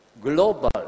global